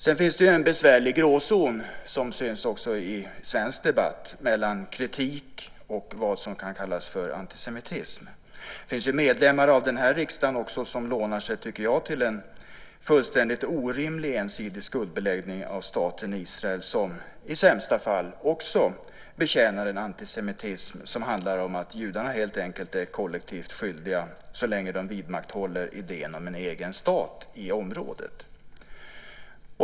Det finns också en besvärlig gråzon, som syns även i svensk debatt, mellan kritik och vad som kan kallas för antisemitism. Det finns medlemmar av den här riksdagen som jag tycker lånar sig till en fullständigt orimlig ensidig skuldbeläggning av staten Israel som i sämsta fall också betjänar en antisemitism som handlar om att judarna helt enkelt är kollektivt skyldiga så länge de vidmakthåller idén om en egen stat i området.